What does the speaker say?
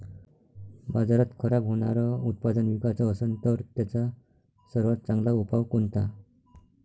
बाजारात खराब होनारं उत्पादन विकाच असन तर त्याचा सर्वात चांगला उपाव कोनता?